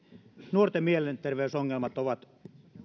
nuorten mielenterveysongelmat ovat